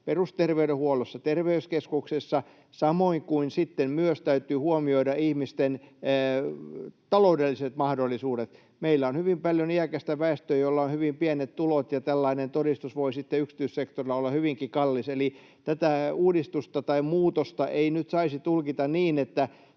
perusterveydenhuollosta terveyskeskuksesta. Samoin kuin täytyy huomioida myös ihmisten taloudelliset mahdollisuudet. Meillä on hyvin paljon iäkästä väestöä, jolla on hyvin pienet tulot, ja tällainen todistus voi sitten yksityissektorilla olla hyvinkin kallis. Eli tätä uudistusta tai muutosta ei nyt saisi tulkita niin, että